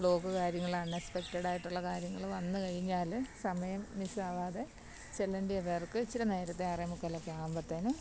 block കാര്യങ്ങൾ അൺസ്പെക്റ്റടായിട്ടുള്ള കാര്യങ്ങൾ വന്നു കഴിഞ്ഞാൽ സമയം മിസ്സ് ആവാതെ ചെല്ലേണ്ടിയാപേർക്ക് ഇച്ചിരി നേരത്തേ ആറേ മുക്കാലൊക്കെ ആകുമ്പത്തേക്കും